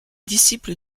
disciple